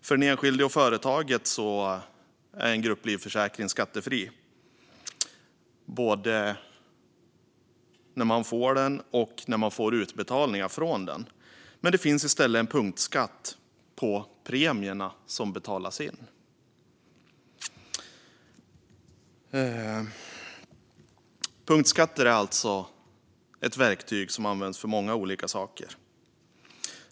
För den enskilde och företaget är en grupplivförsäkring skattefri både när man får den och när man får utbetalningar från den. Men det finns i stället en punktskatt på premierna som betalas in. Punktskatter är alltså ett verktyg som används för många olika saker.